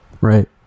right